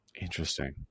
Interesting